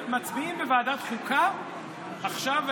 מצביעים בוועדת החוקה עכשיו,